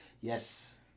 Yes